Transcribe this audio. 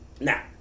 Now